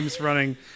running